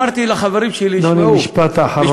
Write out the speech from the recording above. משפט אחרון.